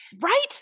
right